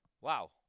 Wow